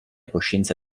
coscienza